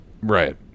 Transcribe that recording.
Right